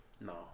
no